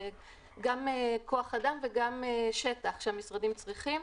גם כח אדם וגם שטח שהמשרדים צריכים.